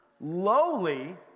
lowly